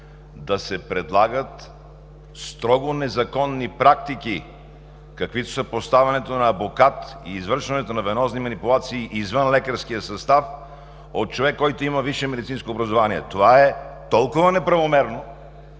да се предлагат строго незаконни практики, каквито са поставянето на абокат и извършването на венозни манипулации извън лекарския състав от човек, който има висше медицинско образование. Това е толкова неправомерно